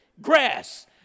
grass